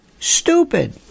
Stupid